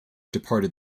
departed